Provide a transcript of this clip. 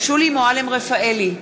שולי מועלם-רפאלי,